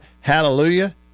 Hallelujah